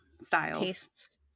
styles